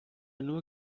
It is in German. nur